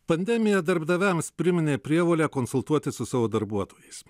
pandemija darbdaviams priminė prievolę konsultuotis su savo darbuotojais